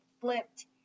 flipped